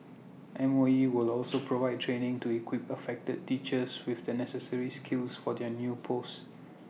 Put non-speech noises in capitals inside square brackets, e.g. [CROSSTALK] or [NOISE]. M O E will [NOISE] also provide training to equip affected teachers with the necessary skills for their new posts